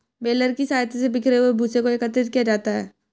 baler की सहायता से बिखरे हुए भूसे को एकत्रित किया जाता है